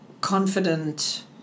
confident